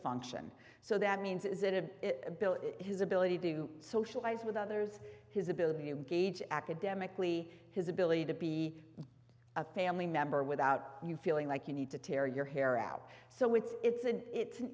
function so that means is it a bill is his ability to do socialize with others his ability to gauge academically his ability to be a family member without you feeling like you need to tear your hair out so it's it's an it's an